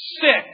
sick